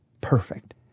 Perfect